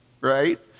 right